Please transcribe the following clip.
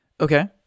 Okay